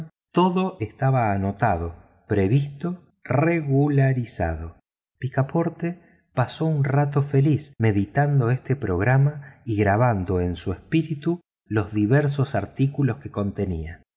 todo estaba anotado previsto regularizado picaporte pasó un rato feliz meditando este programa y grabando en su espíritu los diversos artículos que contenía